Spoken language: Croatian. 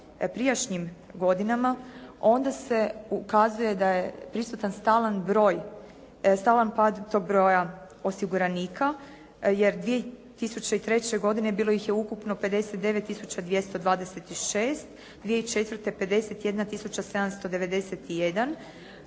prijašnjim godinama, onda se ukazuje da je prisutan stalan pad tog broja osiguranika jer 2003. godine bilo ih je ukupno 59 226, 2004. 51 791,